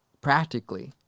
practically